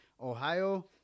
Ohio